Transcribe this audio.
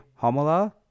homola